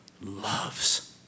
loves